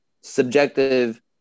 subjective